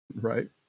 Right